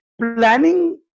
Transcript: Planning